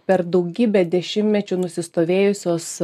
per daugybę dešimtmečių nusistovėjusios